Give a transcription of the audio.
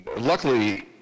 Luckily